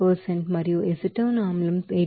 5 మరియు ఎసిటిక్ ఆమ్లం లో 84